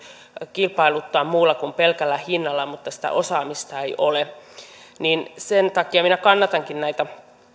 kilpailuttaa muulla kuin pelkällä hinnalla niin sitä osaamista ei ole sen takia minä kannatankin näitä